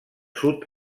sud